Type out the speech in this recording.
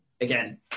again